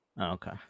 Okay